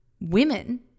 women